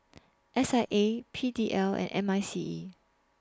S I A P D L and M I C E